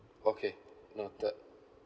okay noted